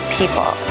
people